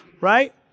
Right